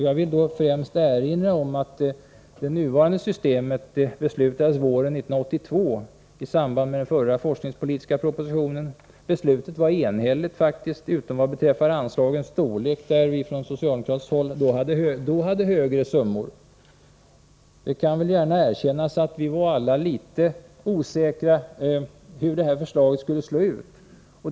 Jag vill då främst erinra om att beslut fattades om det nuvarande systemet våren 1982, i samband med den förra forskningspolitiska propositionen. Beslutet var faktiskt enhälligt, utom beträffande anslagens storlek — vi föreslog då från socialdemokratiskt håll högre summor. Det skall gärna erkännas att vi alla var litet osäkra om hur studiefinansieringssystemet skulle slå ut.